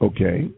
Okay